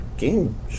game